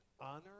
honor